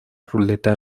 ruleta